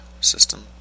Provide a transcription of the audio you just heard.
system